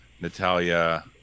Natalia